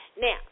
now